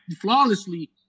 flawlessly